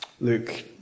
Luke